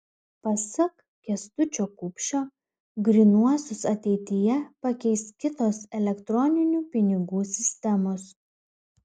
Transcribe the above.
pasak kęstučio kupšio grynuosius ateityje pakeis kitos elektroninių pinigų sistemos